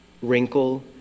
wrinkle